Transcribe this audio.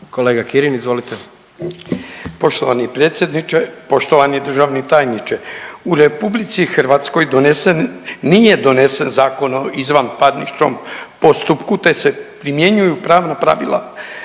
**Kirin, Ivan (HDZ)** Poštovani predsjedniče, poštovani državni tajniče, u RH donesen, nije donesen Zakon o izvanparničnom postupku, te se primjenjuju prava pravila